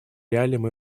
реалиям